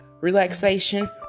relaxation